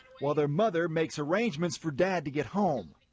while their mother makes arrangements for dad to get home.